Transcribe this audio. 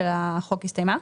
הקריאה של החוק הסתיימה?